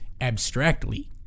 abstractly